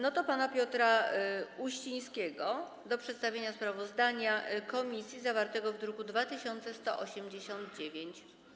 To proszę pana posła Piotra Uścińskiego o przedstawienie sprawozdania komisji zawartego w druku nr 2189.